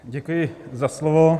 Děkuji za slovo.